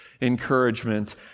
encouragement